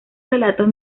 relatos